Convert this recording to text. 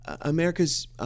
America's